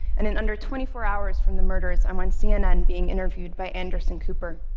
and in under twenty four hours from the murders, i'm on cnn being interviewed by anderson cooper.